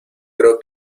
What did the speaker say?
creo